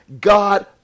God